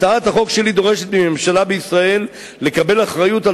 הצעת החוק שלי דורשת מממשלה בישראל לקבל אחריות על